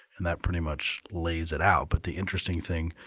and that pretty much lays it out but the interesting thing,